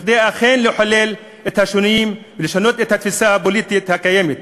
כדי אכן לחולל את השינויים ולשנות את התפיסה הפוליטית הקיימת.